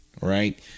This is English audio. right